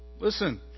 Listen